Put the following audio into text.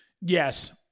Yes